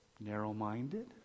narrow-minded